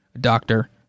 Doctor